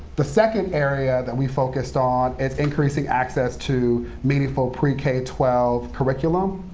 the second area that we focused on increasing access to meaningful pre k twelve curriculum,